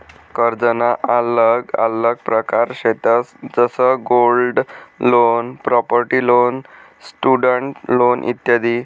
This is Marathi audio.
कर्जना आल्लग आल्लग प्रकार शेतंस जसं gold loan, property loan, student loan इत्यादी